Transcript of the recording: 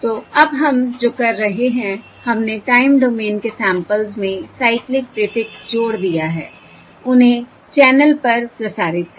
तो अब हम जो कर रहे हैं हमने टाइम डोमेन के सैंपल्स में साइक्लिक प्रीफिक्स जोड़ दिया है उन्हें चैनल पर प्रसारित करें